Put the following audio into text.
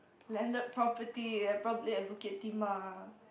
landed property eh probably at Bukit-Timah